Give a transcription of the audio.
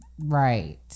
Right